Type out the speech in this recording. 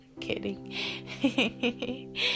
kidding